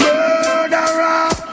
Murderer